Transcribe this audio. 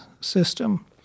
system